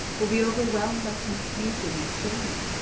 will be overwhelmed by confusion and shame,